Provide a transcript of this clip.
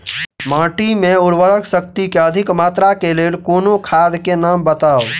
माटि मे उर्वरक शक्ति केँ अधिक मात्रा केँ लेल कोनो खाद केँ नाम बताऊ?